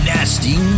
Nasty